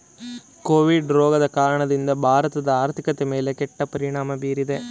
Covid ರೋಗದ ಕಾರಣದಿಂದ ಭಾರತದ ಆರ್ಥಿಕತೆಯ ಮೇಲೆ ಕೆಟ್ಟ ಪರಿಣಾಮ ಬೀರಿದೆ